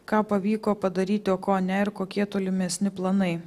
ką pavyko padaryti o ko ne ir kokie tolimesni planai